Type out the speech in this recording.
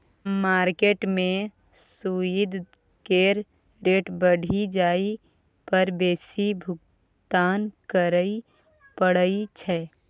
market में सूइद केर रेट बढ़ि जाइ पर बेसी भुगतान करइ पड़इ छै